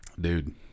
Dude